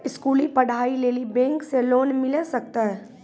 स्कूली पढ़ाई लेली बैंक से लोन मिले सकते?